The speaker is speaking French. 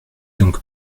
donc